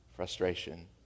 Frustration